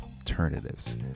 alternatives